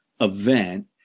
event